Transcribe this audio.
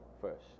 first